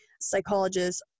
psychologist